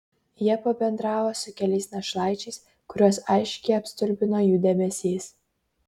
jie pabendravo su keliais našlaičiais kuriuos aiškiai apstulbino jų dėmesys